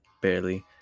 barely